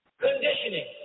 conditioning